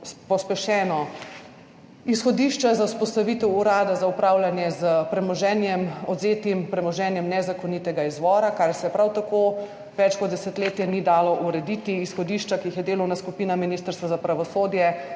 pospešeno izhodišča za vzpostavitev urada za upravljanje s premoženjem, odvzetim premoženjem nezakonitega izvora, kar se prav tako več kot desetletje ni dalo urediti. Izhodišča, ki jih je delovna skupina Ministrstva za pravosodje,